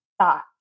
thought